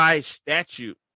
statute